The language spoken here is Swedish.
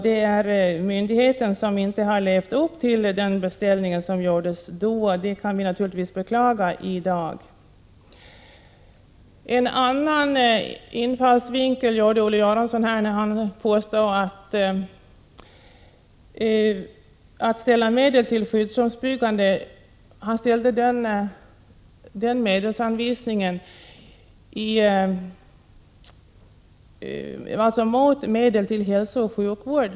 Det är myndigheten som inte har levt upp till den beställningen. Det kan vi naturligtvis beklaga i dag. Olle Göransson ställde också anvisningen av medel till skyddsrumsbyggande mot anvisningen av medel till hälsooch sjukvård.